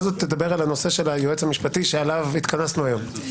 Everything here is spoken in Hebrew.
זאת תדבר על הנושא של היועץ המשפטי שעליו התכנסנו היום.